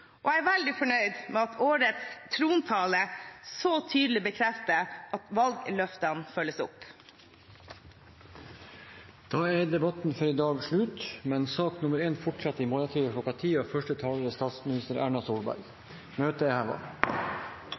infrastruktur. Jeg er veldig fornøyd med at årets trontale så tydelig bekrefter at valgløftene følges opp. Da er dagens debatt slutt. Behandlingen av sak nr. 1 fortsetter i morgen kl. 10, og første taler er statsminister Erna Solberg. – Møtet er